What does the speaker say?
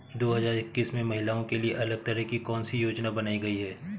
दो हजार इक्कीस में महिलाओं के लिए अलग तरह की कौन सी योजना बनाई गई है?